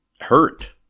hurt